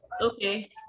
okay